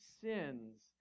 sins